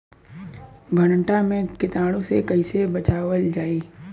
भनटा मे कीटाणु से कईसे बचावल जाई?